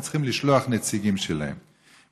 הם צריכים לשלוח נציגים שלהם.